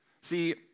See